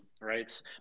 right